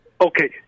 Okay